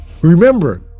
Remember